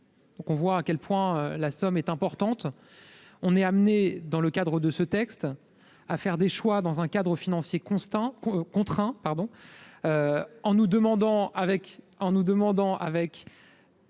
on voit à quel point la somme est importante, on est amené dans le cadre de ce texte à faire des choix dans un cadre financier constant contraint pardon en nous demandant avec